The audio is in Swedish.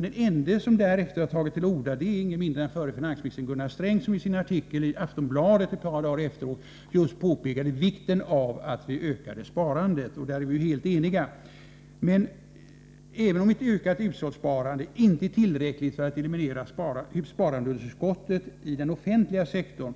Den ende som därefter har tagit till orda är ingen mindre än förre finansministern Gunnar Sträng, som i sin artikel i Aftonbladet ett par dagar efteråt just påpekade vikten av att vi ökar sparandet, och där är vi helt eniga. Även om ett ökat hushållssparande inte är tillräckligt för att eliminera sparandeunderskottet i den offentliga sektorn